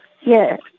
Yes